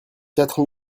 quatre